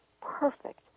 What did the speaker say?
perfect